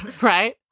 Right